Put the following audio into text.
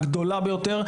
הגדולה ביותר,